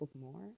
more